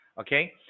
Okay